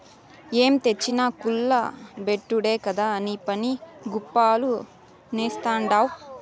ఏం తెచ్చినా కుల్ల బెట్టుడే కదా నీపని, గప్పాలు నేస్తాడావ్